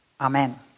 Amen